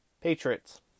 Patriots